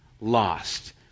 lost